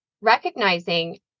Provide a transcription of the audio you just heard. recognizing